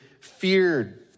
feared